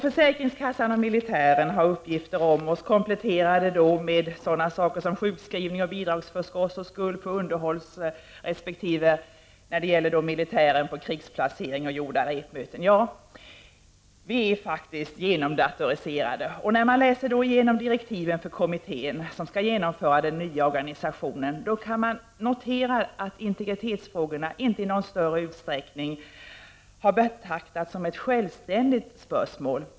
Försäkringskassan har uppgifter om oss, kompletterade med sådant som sjukskrivning, bidragsförskott och skuld för sådant, och de militära myndigheterna har uppgifter om krigsplacering och gjorda repövningar. Vi är faktiskt genomdatoriserade. När man läser igenom direktiven för kommittén, som skall genomföra den nya organisationen, är det värt att notera att integretitetsfrågorna inte i någon större utsträckning kommer att betraktas som ett självständigt spörsmål.